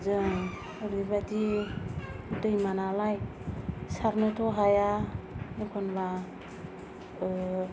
जों बे बायदि दैमा नालाय सारनोथ' हाया एखनब्ला